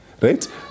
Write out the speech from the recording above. Right